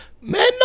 man